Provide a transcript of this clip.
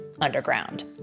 underground